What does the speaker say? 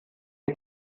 den